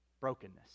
brokenness